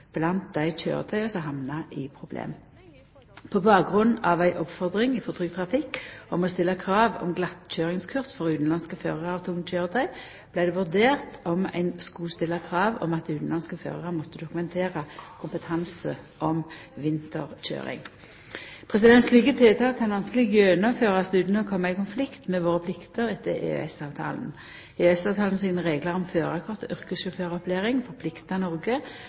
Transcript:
blant dei køyretøya som hamnar i problem. På bakgrunn av ei oppfordring frå Trygg Trafikk om å stilla krav til glattkøyringskurs for utanlandske førarar av tunge køyretøy vart det vurdert om ein skulle stilla krav om at utanlandske førarar måtte dokumentera kompetanse om vinterkøyring. Slike tiltak kan vanskeleg gjennomførast utan å koma i konflikt med våre plikter etter EØS-avtalen. Reglane i EØS-avtalen om førarkort og yrkessjåføropplæring forpliktar Noreg